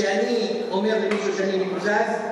כשאני אומר למישהו שאני מקוזז,